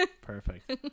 Perfect